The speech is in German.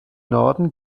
norden